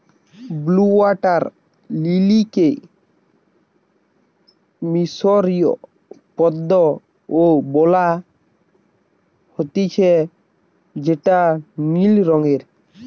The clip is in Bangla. ব্লউ ওয়াটার লিলিকে মিশরীয় পদ্ম ও বলা হতিছে যেটা নীল রঙের